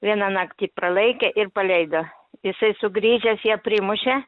vieną naktį pralaikė ir paleido jisai sugrįžęs ją primušė